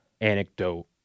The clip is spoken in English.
anecdote